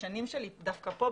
בשנים שאני בכנסת,